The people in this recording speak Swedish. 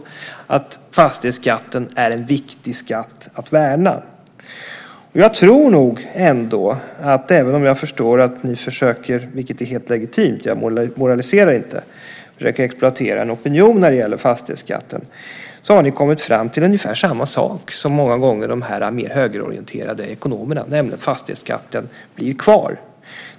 Där framgår att fastighetsskatten är en viktig skatt att värna. Jag tror nog ändå att ni försöker exploatera en opinion när det gäller fastighetsskatten, vilket är helt legitimt, och jag moraliserar inte. Då har ni kommit fram till ungefär samma sak som de mer högerorienterade ekonomerna många gånger har gjort, nämligen att fastighetsskatten blir kvar.